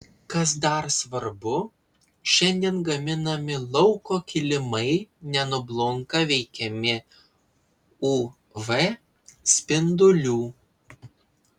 kas dar svarbu šiandien gaminami lauko kilimai nenublunka veikiami uv spindulių